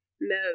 No